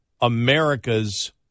America's